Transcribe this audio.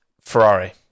Ferrari